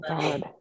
God